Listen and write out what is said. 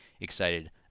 excited